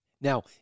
now